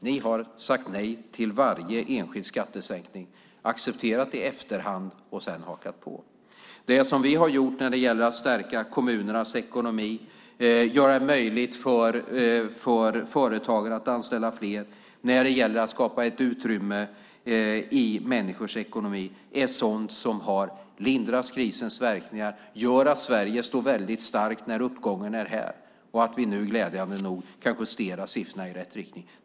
Ni har sagt nej till varje enskild skattesänkning, accepterat i efterhand och sedan hakat på. Det som vi har gjort när det gäller att stärka kommunernas ekonomi, göra det möjligt för företagen att anställa fler och skapa ett utrymme i människors ekonomi är sådant som har lindrat krisens verkningar. Det gör att Sverige står väldigt starkt när uppgången är här och att vi nu glädjande nog kan justera siffrorna i rätt riktning.